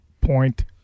point